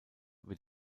wird